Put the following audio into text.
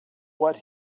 what